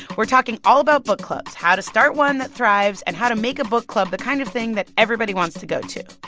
we're talking all about book clubs how to start one that thrives and how to make a book club the kind of thing that everybody wants to go to.